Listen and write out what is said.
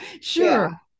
Sure